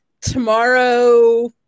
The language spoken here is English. tomorrow